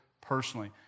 personally